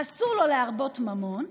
אסור לו להרבות ממון,